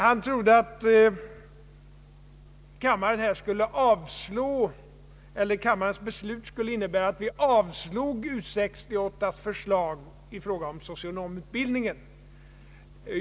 Han trodde att kammarens beslut i denna fråga skulle innebära att vi avslog U 68:s förslag beträffande socionomutbildningen.